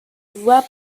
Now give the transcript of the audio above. voie